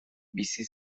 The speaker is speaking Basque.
bizi